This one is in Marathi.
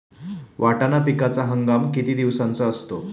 वाटाणा पिकाचा हंगाम किती दिवसांचा असतो?